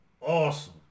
Awesome